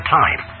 time